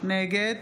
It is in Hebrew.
נגד